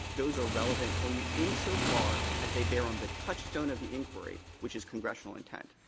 those are relevant only insofar as they bear on the touchstone of the inquiry, which is congressional intent.